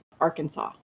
Arkansas